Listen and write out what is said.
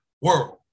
world